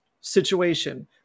situation